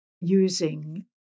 using